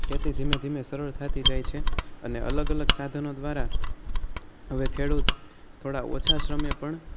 ખેતી ધીમે ધીમે સરળ થતી જાય છે અને અલગ અલગ સાધનો દ્વારા હવે ખેડૂત થોડા ઓછા શ્રમે પણ